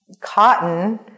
cotton